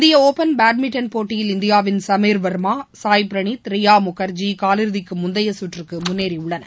Indian open badminton போட்டியில் இந்தியாவின் சமீர் வர்மா சாய் பிரனீத் ரியாமுகர்ஜி காலிறுதிக்குமுந்தையசுற்றுக்குமுன்னேறியுள்ளனர்